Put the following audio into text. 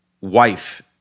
wife